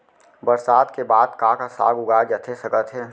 बरसात के बाद का का साग उगाए जाथे सकत हे?